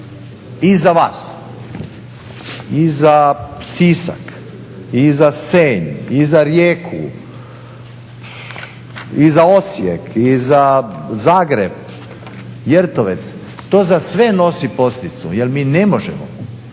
i za vas, i za Sisak, i za Senj, i za Rijeku, i za Osijek, i za Zagreb, Jertovec. To za sve nosi posljedicu jer mi ne možemo,